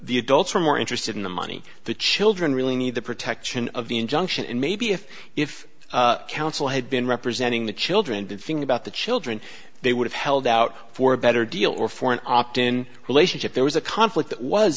the adults were more interested in the money the children really need the protection of the injunction and maybe if if council had been representing the children to think about the children they would have held out for a better deal or for an opt in relationship there was a conflict that was